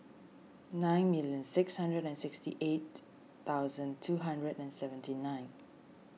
nine million six hundred and sixty eight thousand two hundred and seventy nine